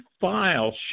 file